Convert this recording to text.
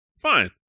Fine